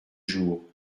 jours